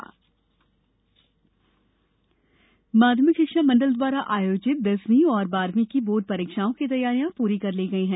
board परीक्षा माध्यमिक शिक्षा मण्डल द्वारा आयोजित दसवीं और बारहवीं की बोर्ड परीक्षाओं की तैयारियां प्री कर ली गई है